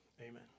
Amen